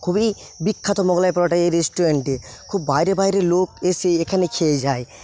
খুবই বিখ্যাত মোগলাই পরোটা এই রেস্টুরেন্টে খুব বাইরে বাইরের লোক এসে এখানে খেয়ে যায়